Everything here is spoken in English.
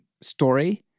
story